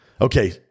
Okay